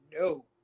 no